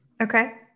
Okay